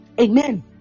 Amen